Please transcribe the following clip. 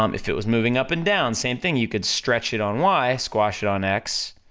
um if it was moving up and down, same thing, you could stretch it on y, squash it on x,